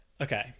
Okay